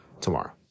tomorrow